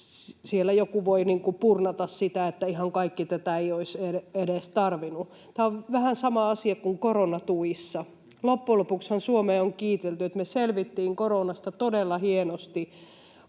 vaikka joku voi purnata sitä, että ihan kaikki tätä eivät olisi edes tarvinneet. Tämä on vähän sama asia kuin koronatuissa: Loppujen lopuksihan Suomea on kiitelty, että me selvittiin koronasta todella hienosti,